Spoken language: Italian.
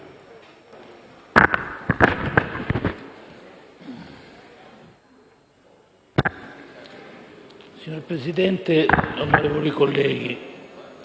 Signor Presidente, onorevoli colleghi,